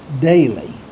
daily